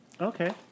Okay